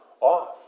off